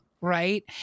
Right